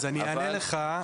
אז אני אענה לך.